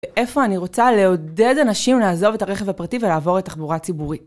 ואיפה אני רוצה לעודד אנשים, לעזוב את הרכב הפרטי ולעבור לתחבורה ציבורי.